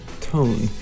tone